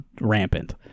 rampant